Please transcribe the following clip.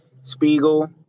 Spiegel